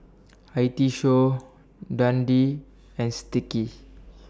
I T Show Dundee and Sticky